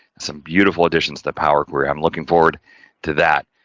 some beautiful additions that power query, i'm looking forward to that.